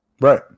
Right